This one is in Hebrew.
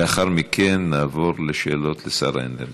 לאחר מכן נעבור לשאלות לשר האנרגיה.